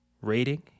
rating